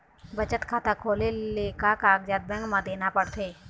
बचत खाता खोले ले का कागजात बैंक म देना पड़थे?